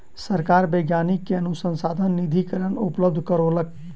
सरकार वैज्ञानिक के अनुसन्धान निधिकरण उपलब्ध करौलक